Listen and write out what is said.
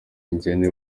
ingene